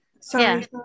sorry